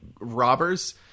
robbers